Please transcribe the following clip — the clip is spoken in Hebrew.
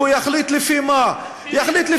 כי לפי מה הוא יחליט?